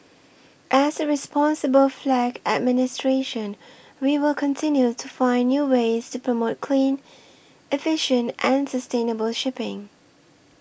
as a responsible flag administration we will continue to find new ways to promote clean efficient and sustainable shipping